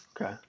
Okay